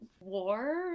War